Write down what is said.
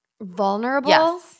vulnerable